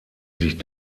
sich